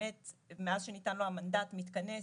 מאז שניתן לו המנדט מתכנס,